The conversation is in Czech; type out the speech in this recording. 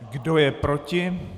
Kdo je proti?